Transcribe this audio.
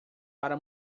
para